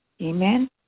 Amen